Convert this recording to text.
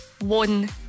one